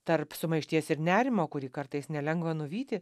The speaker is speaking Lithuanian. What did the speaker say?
tarp sumaišties ir nerimo kurį kartais nelengva nuvyti